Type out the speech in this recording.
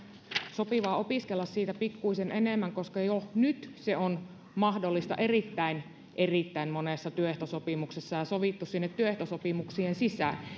sopivaa opiskella siitä pikkuisen enemmän koska jo nyt se on mahdollista erittäin erittäin monessa työehtosopimuksessa ja ja siitä on sovittu sinne työehtosopimuksien sisään